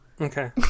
Okay